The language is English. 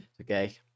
okay